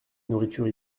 nourriture